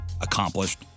accomplished